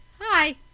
hi